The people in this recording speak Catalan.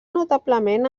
notablement